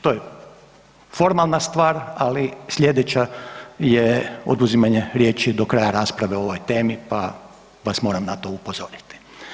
To je formalna stvar, ali sljedeća je oduzimanje riječi do kraja rasprave o ovoj temi pa vas moram na to upozoriti.